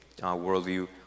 worldview